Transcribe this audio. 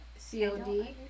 COD